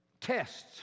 tests